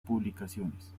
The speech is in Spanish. publicaciones